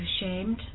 ashamed